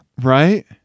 Right